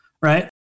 right